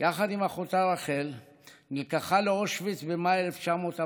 נלקחה יחד עם אחותה רחל לאושוויץ במאי 1944,